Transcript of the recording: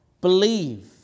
Believe